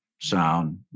sound